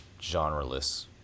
genreless